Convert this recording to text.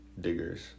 diggers